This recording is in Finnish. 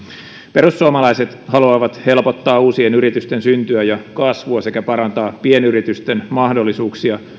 perussuomalaiset haluavat helpottaa uusien yritysten syntyä ja kasvua sekä parantaa pienyritysten mahdollisuuksia